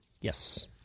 Yes